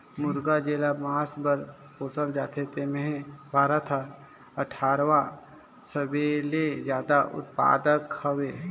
मुरगा जेला मांस बर पोसल जाथे तेम्हे भारत हर अठारहवां सबले जादा उत्पादक हवे